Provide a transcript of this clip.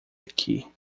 aqui